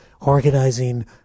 organizing